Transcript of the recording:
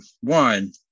one